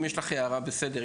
אם יש לך הערה בסדר,